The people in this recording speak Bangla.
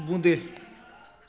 বোঁদে